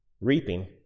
reaping